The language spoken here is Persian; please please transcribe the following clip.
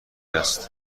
است